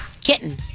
Kitten